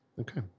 Okay